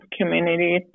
community